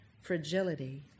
fragility